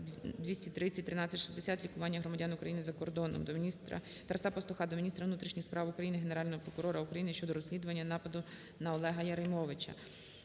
2301360 "Лікування громадян України за кордоном". Тараса Пастуха до міністра внутрішніх справ України, Генерального прокурора України щодо розслідування нападу на ОлегаЯримовича.